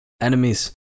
enemies